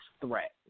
threat